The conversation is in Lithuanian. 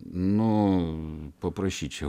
nu paprašyčiau